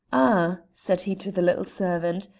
ah, said he to the little servant,